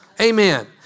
Amen